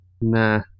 Nah